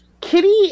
kitty